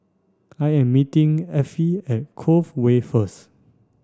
I am meeting Effie at Cove Way first